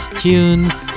tunes